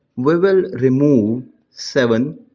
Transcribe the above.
we will remove seven,